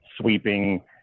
sweeping